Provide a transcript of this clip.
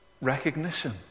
recognition